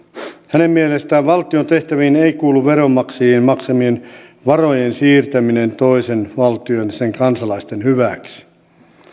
hänen mielestään valtion tehtäviin ei kuulu veronmaksajien maksamien varojen siirtäminen toisen valtion ja sen kansalaisten hyväksi